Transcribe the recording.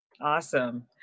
Awesome